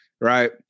right